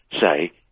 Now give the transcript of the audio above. say